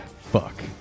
Fuck